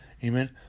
Amen